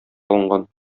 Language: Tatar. алынган